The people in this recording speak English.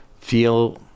feel